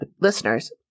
listeners